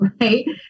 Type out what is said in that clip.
right